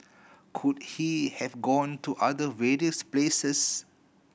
could he have gone to other various places